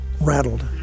rattled